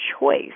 choice